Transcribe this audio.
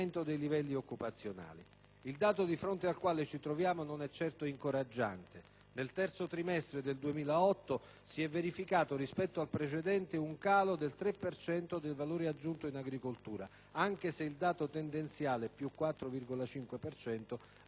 Il dato di fronte al quale ci troviamo non è certo incoraggiante: nel terzo trimestre del 2008 si è verificato rispetto al precedente un calo del 3 per cento del valore aggiunto in agricoltura, anche se il dato tendenziale (più 4,5 per cento) resta positivo.